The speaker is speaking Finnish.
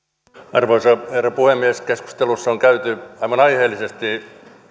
arvoisa herra puhemies keskustelua on käyty aivan aiheellisesti